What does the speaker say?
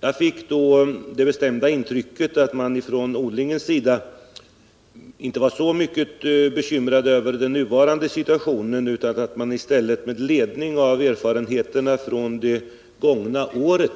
Jag fick det bestämda intrycket att man från odlarnas sida inte var så bekymrad över den nuvarande situationen utan att man i stället med ledning av erfarenheterna från det gångna året